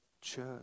church